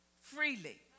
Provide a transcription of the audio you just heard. freely